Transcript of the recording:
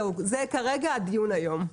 זה כרגע הדיון היום.